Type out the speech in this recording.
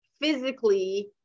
physically